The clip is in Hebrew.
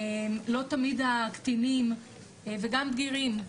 לא תמיד הקטינים וגם בגירים,